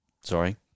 sorry